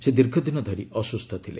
ସେ ଦୀର୍ଘ ଦିନ ଧରି ଅସୁସ୍ଥ ଥିଲେ